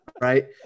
right